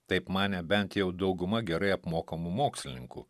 taip manė bent jau dauguma gerai apmokamų mokslininkų